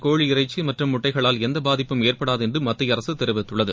கோழி இறைச்சி மற்றும் முட்டைகளால் எந்த பாதிப்பும் ஏற்படாது என்று மத்திய அரசு தெரிவித்துள்ளது